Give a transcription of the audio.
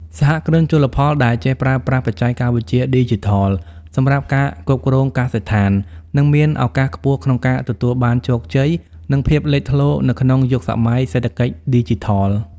សហគ្រិនជលផលដែលចេះប្រើប្រាស់បច្ចេកវិទ្យាឌីជីថលសម្រាប់ការគ្រប់គ្រងកសិដ្ឋាន នឹងមានឱកាសខ្ពស់ក្នុងការទទួលបានជោគជ័យ និងភាពលេចធ្លោនៅក្នុងយុគសម័យសេដ្ឋកិច្ចឌីជីថល។